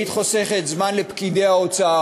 היית חוסכת זמן לפקידי האוצר,